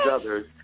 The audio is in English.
others